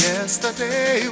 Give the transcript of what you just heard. Yesterday